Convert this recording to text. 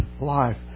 life